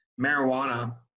marijuana